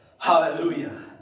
Hallelujah